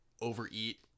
overeat